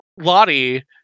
Lottie